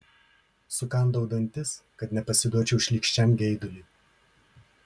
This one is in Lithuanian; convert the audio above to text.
sukandau dantis kad nepasiduočiau šlykščiam geiduliui